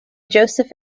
joseph